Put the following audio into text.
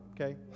okay